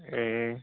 ए